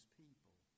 people